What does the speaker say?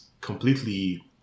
completely